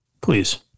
Please